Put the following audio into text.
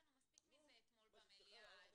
היה לנו מספיק אתמול במליאה.